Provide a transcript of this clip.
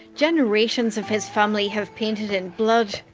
generations of his family have painted in blood,